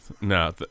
No